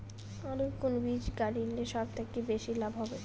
আলুর কুন বীজ গারিলে সব থাকি বেশি লাভ হবে?